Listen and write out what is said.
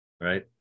right